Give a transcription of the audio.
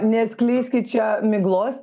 neskleiskit čia miglos